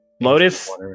Lotus